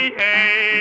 hey